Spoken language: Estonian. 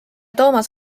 toomas